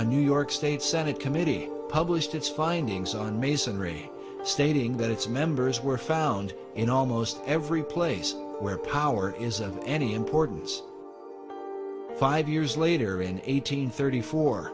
a new york state senate committee published its findings on masonry stating that its members were found in almost every place where power is of any importance five years later in eight hundred thirty four